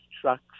trucks